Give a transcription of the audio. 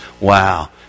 Wow